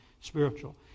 Spiritual